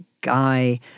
guy